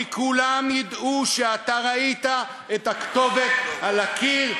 כי כולם ידעו שאתה ראית את הכתובת על הקיר,